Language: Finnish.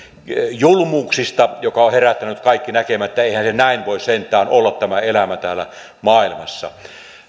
julmuuksista jotka ovat herättäneet kaikki näkemään että eihän se näin voi sentään olla tämä elämä täällä maailmassa